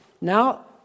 Now